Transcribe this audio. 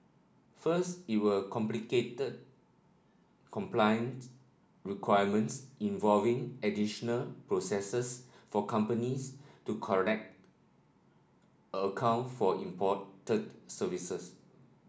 first it will complicate compliant requirements involving additional processes for companies to correct account for imported services